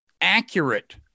accurate